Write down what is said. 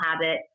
Habit